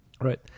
Right